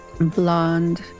blonde